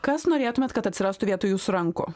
kas norėtumėt kad atsirastų vietų jūsų rankų